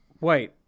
wait